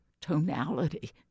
tonality